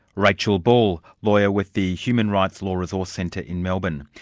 rachel ball, lawyer with the human rights law resource centre in melbourne.